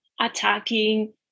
attacking